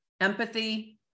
empathy